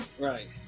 right